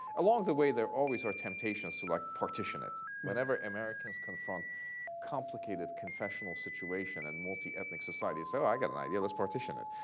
along the way, there always are temptations to, like, partition it. whenever americans confront complicated, confessional situation, and multiethnic society say, so i've got an idea let's partition it.